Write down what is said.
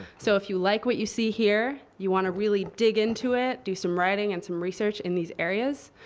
so if you like what you see here, you want to really dig into it, do some writing and some research in these areas,